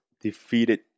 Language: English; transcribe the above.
defeated